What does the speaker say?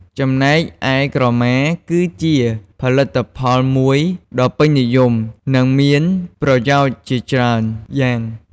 ចំណែកឯក្រមា គឺជាផលិតផលមួយដ៏ពេញនិយម និងមានប្រយោជន៍ជាច្រើនយ៉ាង។